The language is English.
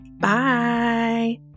Bye